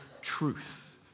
truth